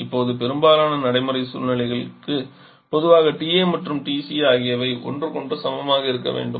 இப்போது பெரும்பாலான நடைமுறை சூழ்நிலைகளுக்கு பொதுவாக TA மற்றும் TC ஆகியவை ஒன்றுக்கொன்று சமமாக இருக்க வேண்டும்